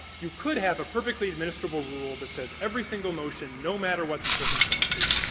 you could have a perfectly administrable rule that says every singly motion, no matter what the circumstances,